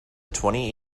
twenty